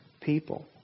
people